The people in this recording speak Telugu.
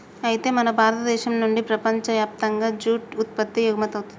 అయితే మన భారతదేశం నుండి ప్రపంచయప్తంగా జూట్ ఉత్పత్తి ఎగుమతవుతుంది